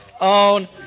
own